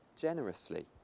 generously